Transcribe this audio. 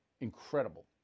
Incredible